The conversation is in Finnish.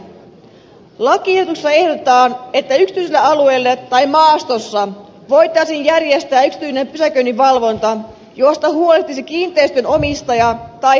lakiehdotuksessa ehdotetaan että yksityisellä alueella tai maastossa voitaisiin järjestää yksityinen pysäköinninvalvonta josta huolehtisi kiinteistönomistaja tai haltija